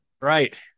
Right